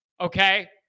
Okay